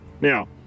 Now